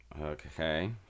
Okay